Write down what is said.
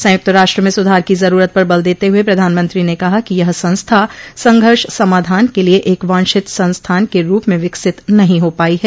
संयुक्त राष्ट्र में सुधार की ज़रूरत पर बल देते हुए प्रधानमंत्री ने कहा कि यह संस्था संघर्ष समाधान के लिए एक वांछित संस्थान के रूप में विकसित नहीं हो पाई है